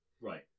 right